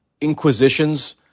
inquisitions